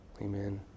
amen